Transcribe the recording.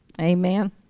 Amen